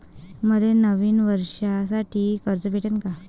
मले नवीन वर्षासाठी कर्ज भेटन का?